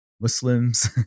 Muslims